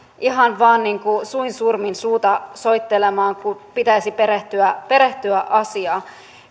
ihan vain suin surmin suuta soittelemaan kun pitäisi perehtyä perehtyä asiaan